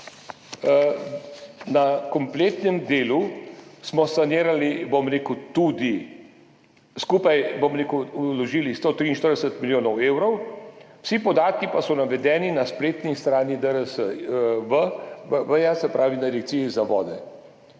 na kompletnem delu smo sanirali, tudi skupaj, bom rekel, vložili 143 milijonov evrov, vsi podatki pa so navedeni na spletni strani DRSV, se pravi Direkcije za vode.